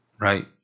right